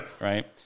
Right